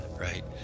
right